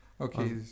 Okay